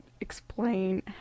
explain